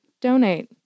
Donate